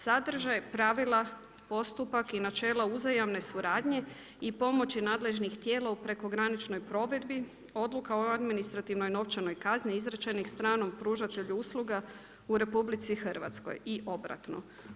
Sadržaj pravila postupak i načela uzajamne suradnje i pomoći nadležnih tijela u prekograničnoj provedbi, odluka o administrativnoj novčanih kazni izrečenih stranom pružatelju usluga u RH i obratno.